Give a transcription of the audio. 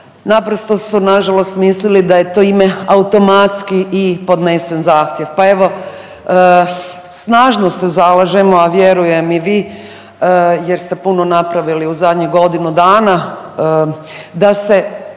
naprosto su nažalost mislili da je u to ime automatski i podnesen zahtjev. Pa evo snažno se zalažemo, a vjerujem i vi jer ste puno napravili u zadnjih godinu dana, da se